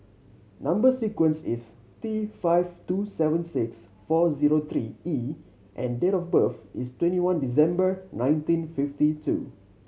number sequence is T five two seven six four zero three E and date of birth is twenty one December nineteen fifty two